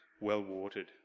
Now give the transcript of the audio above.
well-watered